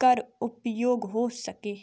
कर उपयोग हो सकें